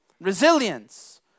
Resilience